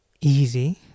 easy